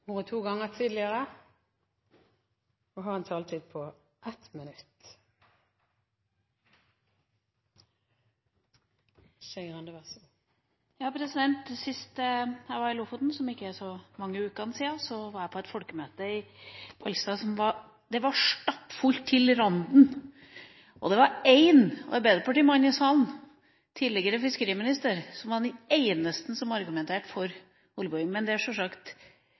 en kort merknad, begrenset til 1 minutt. Sist jeg var i Lofoten, som ikke var så mange uker siden, var jeg på et folkemøte i Ballstad hvor det var stappfullt til randen, og det var én arbeiderpartimann i salen – en tidligere fiskeriminister – som var den eneste som argumenterte for oljeboring. Det er selvfølgelig mulig at de var hentet fra Oslo og kledd ut som nordlendinger, og det er